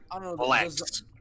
Relax